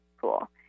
cool